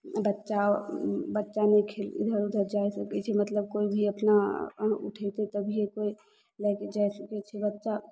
बच्चा बच्चामे खे इधर उधर जाइ सकै छै मतलब कोइ भी अपना अंग उठेतै तभियेसे लएकए जाइ सकै छै बच्चा